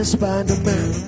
Spider-Man